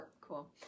cool